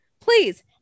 please